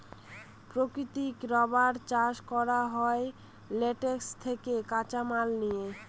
প্রাকৃতিক রাবার চাষ করা হয় ল্যাটেক্স থেকে কাঁচামাল নিয়ে